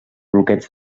bloqueig